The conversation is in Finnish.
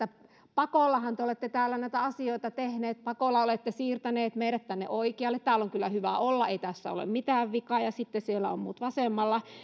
pakollahan te olette täällä näitä asioita tehneet pakolla olette siirtäneet meidät tänne oikealle täällä on kyllä hyvä olla ei tässä ole mitään vikaa ja sitten siellä ovat muut vasemmalla